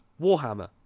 Warhammer